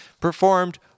performed